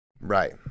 Right